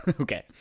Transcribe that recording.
Okay